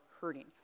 hurting